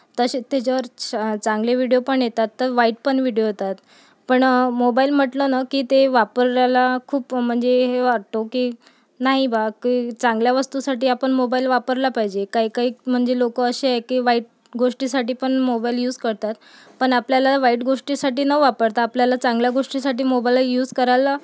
तसे त्याच्यावर च चांगले विडिओ पण येतात वाईट पण विडिओ येतात पण मोबाईल म्हटलं न की ते वापरायला खूप म्हणजे हे वाटतो की नाही बा की चांगल्या वस्तूसाठी आपण मोबाईल वापरला पाहिजे काहीकाही म्हणजे लोक असे आहे की वाईट गोष्टीसाठी पण मोबाईल युज करतात पण आपल्याला वाईट गोष्टीसाठी न वापरता आपल्याला चांगल्या गोष्टीसाठी मोबाईल युज करायला